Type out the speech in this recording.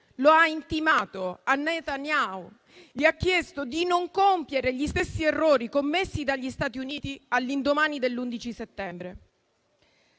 lo ha intimato a Netanyahu, chiedendogli di non compiere gli stessi errori commessi dagli Stati Uniti all'indomani dell'11 settembre.